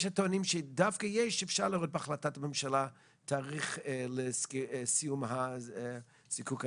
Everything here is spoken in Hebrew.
יש הטוענים שאפשר לראות בהחלטת הממשלה תאריך לסיום זיקוק הנפט,